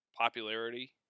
popularity